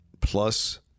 plus